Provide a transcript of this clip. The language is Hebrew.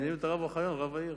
מינינו את הרב אוחיון, רב העיר.